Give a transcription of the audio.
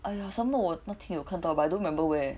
!aiya! some more 我那天有看到 but I don't remember where